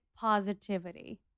positivity